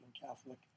Catholic